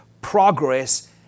progress